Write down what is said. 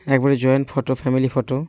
একবারে joint photo family photo